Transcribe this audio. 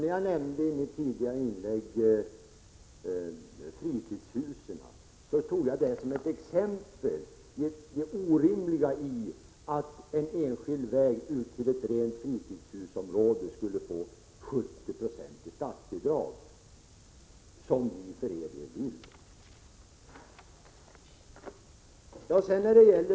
När jag i mitt tidigare inlägg nämnde fritidshusen tog jag dem som exempel på det orimliga i att en enskild väg till ett rent fritidshusområde skulle få 70 96 i statsbidrag, som ni för er del vill.